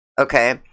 okay